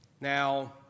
Now